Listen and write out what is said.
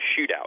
shootout